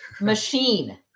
machine